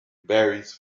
varies